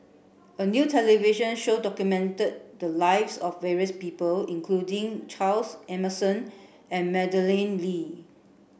a new television show documented the lives of various people including Charles Emmerson and Madeleine Lee